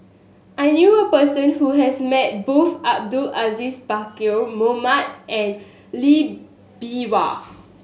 I knew a person who has met both Abdul Aziz Pakkeer Mohamed and Lee Bee Wah